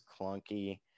clunky